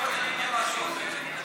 לא מצביעים על משהו אחר.